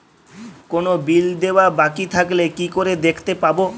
কোনো বিল দেওয়া বাকী থাকলে কি করে দেখতে পাবো?